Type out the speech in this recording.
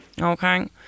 Okay